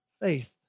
Faith